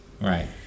right